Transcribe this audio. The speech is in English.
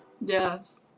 Yes